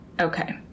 okay